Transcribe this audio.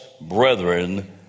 brethren